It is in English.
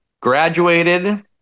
Graduated